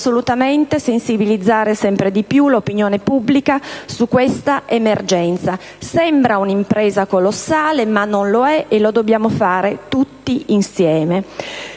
dobbiamo assolutamente sensibilizzare sempre di più l'opinione pubblica su questa emergenza. Sembra un'impresa colossale ma non lo è, e lo dobbiamo fare tutti insieme.